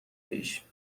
پیش